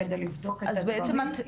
כדי לבדוק את הדברים.